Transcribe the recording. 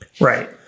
Right